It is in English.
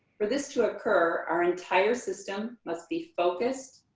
for this to occur, our entire system must be focused,